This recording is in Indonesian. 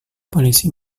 polisi